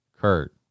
Kurt